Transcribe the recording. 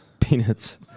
Peanuts